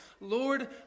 Lord